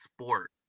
sport